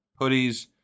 hoodies